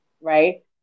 Right